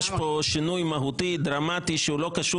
יש פה שינוי מהותי דרמטי שהוא לא קשור